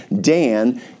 Dan